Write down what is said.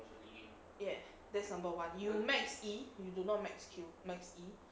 ya that's number one you max E you do not max Q max E